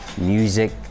music